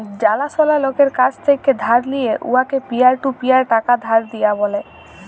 জালাশলা লকের কাছ থ্যাকে ধার লিঁয়ে উয়াকে পিয়ার টু পিয়ার টাকা ধার দিয়া ব্যলে